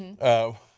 and of